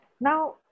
Now